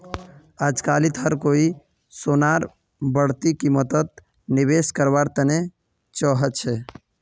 अजकालित हर कोई सोनार बढ़ती कीमतत निवेश कारवार तने चाहछै